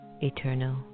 eternal